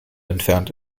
entfernt